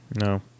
No